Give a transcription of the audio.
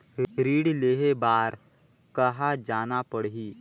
ऋण लेहे बार कहा जाना पड़ही?